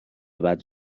بعد